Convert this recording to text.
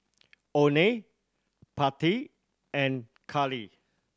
Oney Pattie and Kaylee